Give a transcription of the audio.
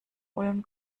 ulm